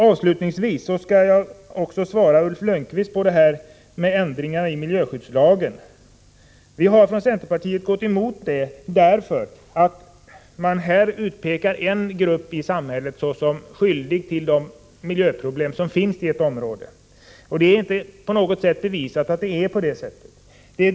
Avslutningsvis skall jag svara Ulf Lönnqvist beträffande ändringar i miljöskyddslagen. Centerpartiet har gått emot detta, därför att en viss grupp i samhället pekas ut såsom skyldig till de miljöproblem som finns i ett område. Det är inte på något sätt bevisat att det är på det sättet.